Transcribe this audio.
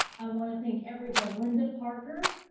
i want to thank everyone, linda parker.